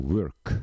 Work